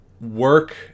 work